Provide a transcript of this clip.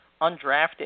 undrafted